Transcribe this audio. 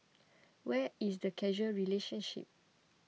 where is the causal relationship